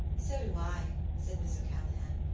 so do i, said miss o'callaghan.